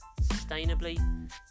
sustainably